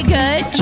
good